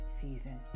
season